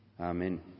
Amen